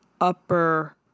Upper